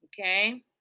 okay